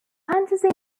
fantasy